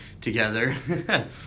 together